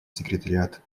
секретариат